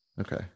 Okay